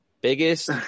Biggest